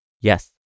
yes